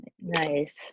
Nice